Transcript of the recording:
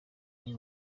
wari